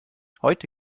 heute